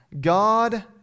God